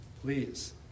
Please